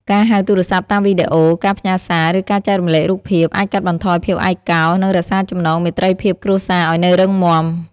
ការហៅទូរសព្ទតាមវីដេអូ ការផ្ញើសារ ឬការចែករំលែករូបភាព អាចកាត់បន្ថយភាពឯកកោ និងរក្សាចំណងមេត្រីភាពគ្រួសារឱ្យនៅរឹងមាំ។